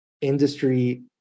industry